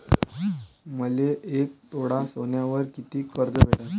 मले एक तोळा सोन्यावर कितीक कर्ज भेटन?